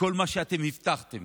וכל מה שאתם הבטחתם